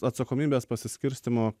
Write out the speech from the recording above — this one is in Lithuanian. atsakomybės pasiskirstymo